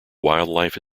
wildlife